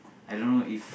I don't know if